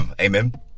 Amen